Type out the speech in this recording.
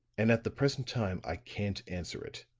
and at the present time i can't answer it.